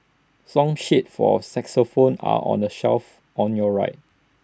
song sheets for xylophones are on the shelf on your right